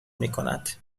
میکند